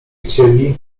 chcieli